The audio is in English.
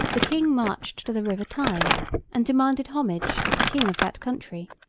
the king marched to the river tyne and demanded homage of the king of that country.